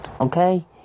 Okay